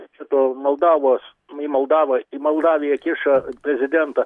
šito moldavos į moldavą į moldaviją kiša prezidentą